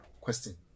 question